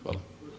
Hvala.